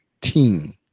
team